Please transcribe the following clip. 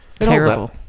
terrible